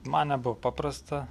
man nebuvo paprasta